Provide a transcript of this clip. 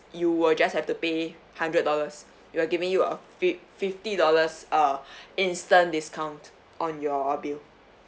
you will just have to pay hundred dollars we're giving you a fif~ fifty dollars uh instant discount on your bill